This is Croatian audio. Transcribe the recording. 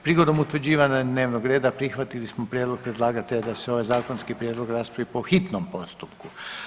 Prigodom utvrđivanja dnevnog reda prihvatili smo prijedlog predlagatelja da se ovaj zakonski prijedlog raspravi po hitnom postupku.